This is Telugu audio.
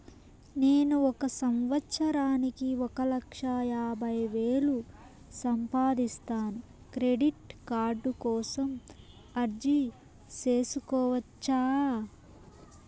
నేను ఒక సంవత్సరానికి ఒక లక్ష యాభై వేలు సంపాదిస్తాను, క్రెడిట్ కార్డు కోసం అర్జీ సేసుకోవచ్చా?